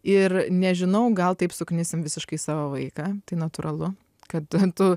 ir nežinau gal taip suknisim visiškai savo vaiką tai natūralu kad tu